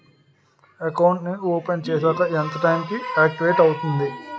Account నీ open చేశాక ఎంత టైం కి ఆక్టివేట్ అవుతుంది?